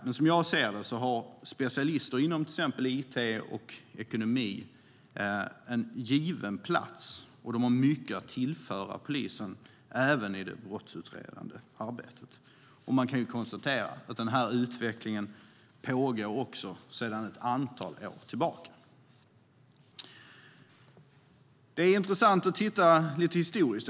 Men som jag ser det har specialister inom till exempel it och ekonomi en given plats. De har mycket att tillföra polisen även i det brottsutredande arbetet. Man kan konstatera att denna utveckling också pågår sedan ett antal år tillbaka. Det är intressant att titta på detta historiskt.